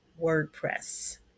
WordPress